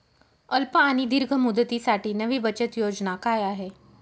अल्प आणि दीर्घ मुदतीसाठी नवी बचत योजना काय आहे?